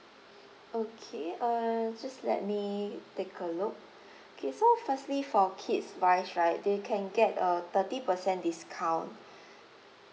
okay uh just let me take a look K so firstly for kids wise right they can get a thirty percent discount